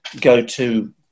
go-to